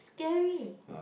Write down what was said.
scary